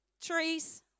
trees